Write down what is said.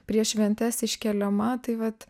prieš šventes iškeliama tai vat